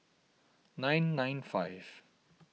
nine nine five